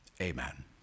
Amen